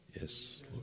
Yes